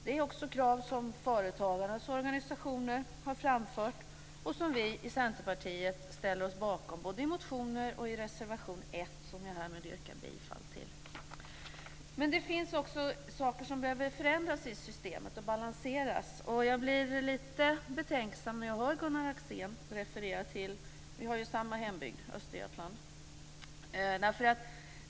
Det är också krav som företagarnas organisationer har framfört, och vi i Centerpartiet ställer oss bakom dem både i motioner och i reservation 1, som jag härmed yrkar bifall till. Men det finns också saker som behöver förändras i systemet och balanseras. Jag blir lite betänksam när jag hör Gunnar Axén. Vi har ju samma hembygd, Östergötland.